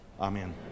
Amen